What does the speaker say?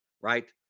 right